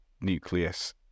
Nucleus